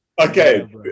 Okay